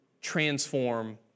transform